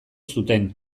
zuten